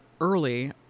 early